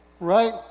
right